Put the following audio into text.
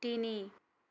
তিনি